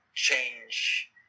change